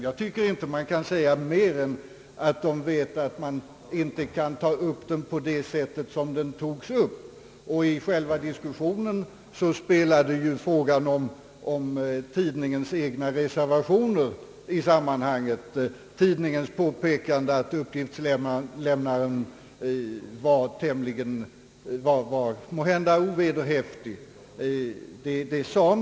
Jag tycker att vi inte kan säga mer än att de vet att man inte kan ta upp frågan på det sätt som skett. I själva diskussionen spelade frågan om den åtalade tidningens egna reservationer i sammanhanget — tidningens påpekanden om att uppgiftslämnaren måhända varit ovederhäftig — stor roll.